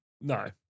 No